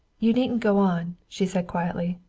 you needn't go on, she said quietly.